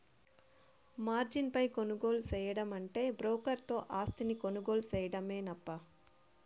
margin పై కొనుగోలు సేయడమంటే బ్రోకర్ తో ఆస్తిని కొనుగోలు సేయడమేనప్పా